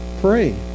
pray